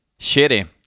shitty